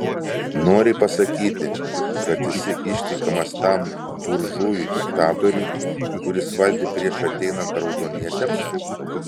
nori pasakyti kad esi ištikimas tam buržujui diktatoriui kuris valdė prieš ateinant raudoniesiems